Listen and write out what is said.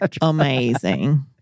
Amazing